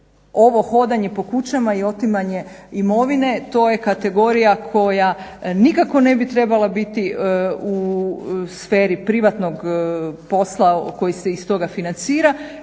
Ovo hodanje po kućama i otimanje imovine to je kategorija koja nikako ne bi trebala biti u sferi privatnog posla koji se iz toga financira,